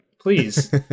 please